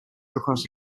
across